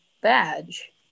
badge